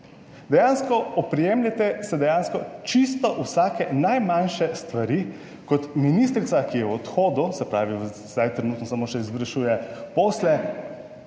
Dejansko oprijemljete se dejansko čisto vsake najmanjše stvari kot ministrica, ki je v odhodu, se pravi, zdaj trenutno samo še izvršuje posle,